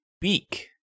beak